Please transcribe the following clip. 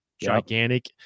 gigantic